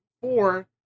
four